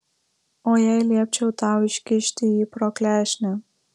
o jei liepčiau tau iškišti jį pro klešnę